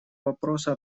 вопроса